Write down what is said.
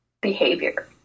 behavior